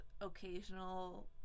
occasional